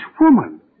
woman